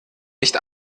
nicht